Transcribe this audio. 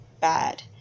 bad